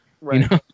Right